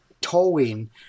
towing